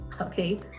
okay